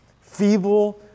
feeble